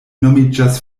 nomiĝas